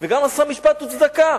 וגם עשה משפט וצדקה.